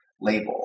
label